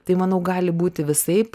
tai manau gali būti visaip